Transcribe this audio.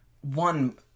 one